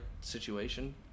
situation